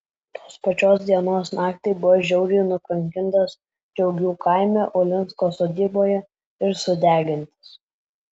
tos pačios dienos naktį buvo žiauriai nukankintas džiaugių kaime ulinsko sodyboje ir sudegintas